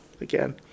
again